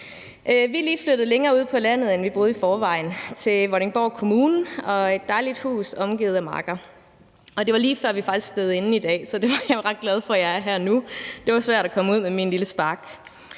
lige flyttet længere ud på landet, end vi boede i forvejen, til Vordingborg Kommune og et dejligt hus omgivet af marker. Og det var lige før, vi faktisk sneede inde i dag, så derfor er jeg ret glad for, at jeg er her nu. Det var svært at komme ud med min lille Spark.